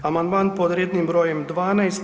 Amandman pod rednim brojem 12.